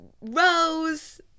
Rose